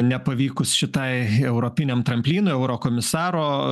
nepavykus šitai europiniam tramplynui eurokomisaro